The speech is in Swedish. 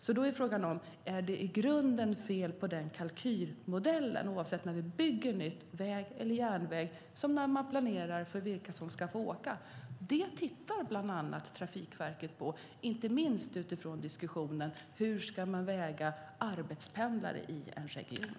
Då är det fråga om: Är det i grunden fel på kalkylmodellen när vi bygger nytt, oavsett om det är väg eller järnväg, och när vi planerar för vilka som ska få åka? Det tittar bland annat Trafikverket på, inte minst utifrån diskussionen: Hur ska man väga arbetspendlare i en region?